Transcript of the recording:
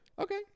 Okay